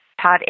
Todd